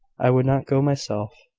i would not go myself.